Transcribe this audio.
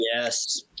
Yes